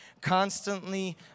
constantly